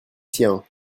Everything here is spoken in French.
siens